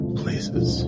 places